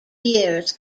years